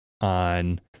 on